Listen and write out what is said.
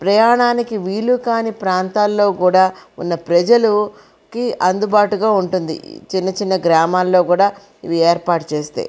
ప్రయాణానికి వీలుకాని ప్రాంతాల్లో కూడా ఉన్న ప్రజలకి అందుబాటుగా ఉంటుంది చిన్న చిన్న గ్రామాల్లో కూడా ఇది ఏర్పాటు చేస్తే